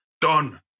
Done